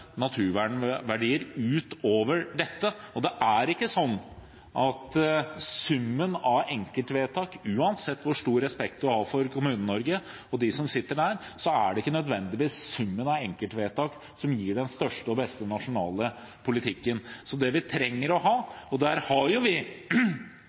naturvernverdier ut over dette. Og uansett hvor stor respekt man har for Kommune-Norge og de som sitter der, så er det ikke nødvendigvis summen av enkeltvedtak som gir den største og beste nasjonale politikken. Og til tross for at vi i utgangspunktet er imot endringen, har vi jo forsøkt å finne forslag som kan danne bredere flertall, og